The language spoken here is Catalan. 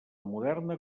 moderna